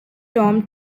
tom